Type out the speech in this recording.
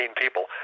people